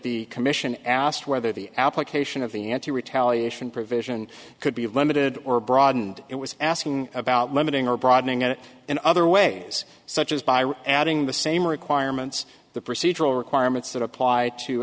the commission asked whether the application of the anti retaliation provision could be of limited or broadened it was asking about limiting or broadening it in other ways such as by adding the same requirements the procedural requirements that apply to